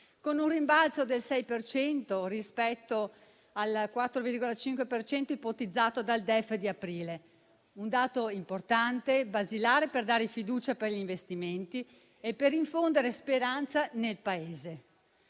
con un rimbalzo del 6 per cento rispetto al 4,5 per cento ipotizzato dal DEF di aprile. È un dato importante e basilare per dare fiducia agli investimenti e per infondere speranza nel Paese.